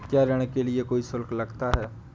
क्या ऋण के लिए कोई शुल्क लगता है?